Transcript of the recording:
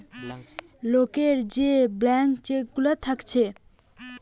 লোকের যে blank cheque গুলা থাকছে